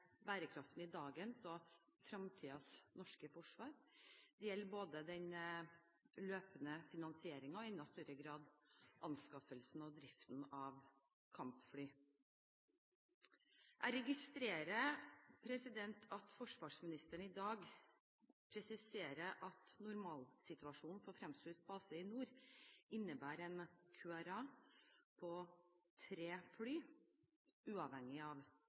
bærekraften i dagens og fremtidens norske forsvar, det gjelder både den løpende finansieringen og i enda større grad anskaffelsen og driften av kampfly. Jeg registrerer at forsvarsministeren i dag presiserer at normalsituasjonen for fremskutt base i nord innebærer en QRA på tre fly – uavhengig av